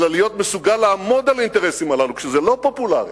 אלא להיות מסוגל לעמוד על האינטרסים הללו כשזה לא פופולרי,